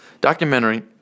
documentary